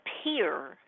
appear